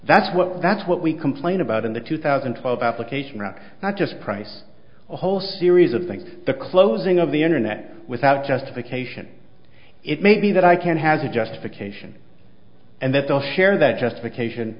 that's what that's what we complain about in the two thousand and twelve application around not just price a whole series of things the closing of the internet without justification it may be that icann has a justification and that they'll share that justification